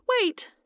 wait